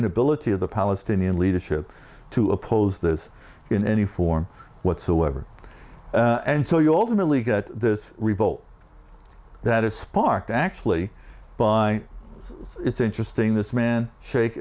inability of the palestinian leadership to oppose this in any form whatsoever and so you ultimately get this revolt that is sparked actually by it's interesting this man shake